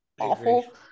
awful